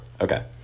Okay